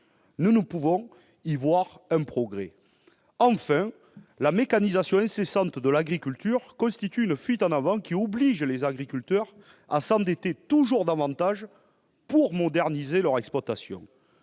nous ne pouvons pas y voir un progrès. Enfin, la mécanisation incessante de l'agriculture constitue une fuite avant, qui oblige les agriculteurs à s'endetter toujours davantage pour « moderniser » leur exploitation.